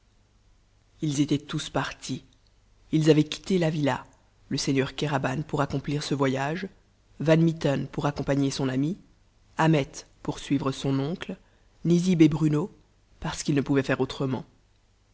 ils étaient tous partis ils avaient quitté la villa le seigneur kéraban pour accomplir ce voyage van mitten pour accompagner son ami ahmet pour suivre son oncle nizib et bruno parce qu'ils ne pouvaient faire autrement